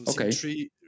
Okay